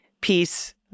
peace